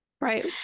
Right